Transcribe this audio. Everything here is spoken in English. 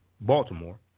Baltimore